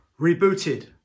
Rebooted